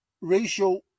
racial